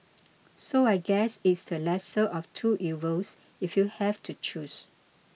so I guess it's the lesser of two evils if you have to choose